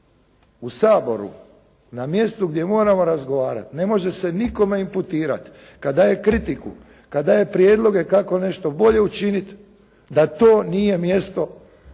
U Saboru, na mjestu gdje moramo razgovarati, ne može se nikome imputirati, kada daje kritiku, kada daje prijedloge kako nešto bolje učiniti da to nije mjesto za